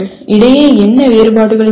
இடையே என்ன வேறுபாடுகள் உள்ளன